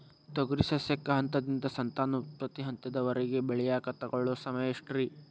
ತೊಗರಿ ಸಸ್ಯಕ ಹಂತದಿಂದ, ಸಂತಾನೋತ್ಪತ್ತಿ ಹಂತದವರೆಗ ಬೆಳೆಯಾಕ ತಗೊಳ್ಳೋ ಸಮಯ ಎಷ್ಟರೇ?